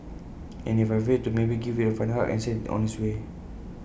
and if I failed to maybe give IT A final hug and send IT on its way